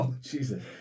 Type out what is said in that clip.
Jesus